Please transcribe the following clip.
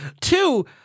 two